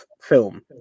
film